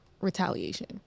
retaliation